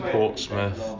Portsmouth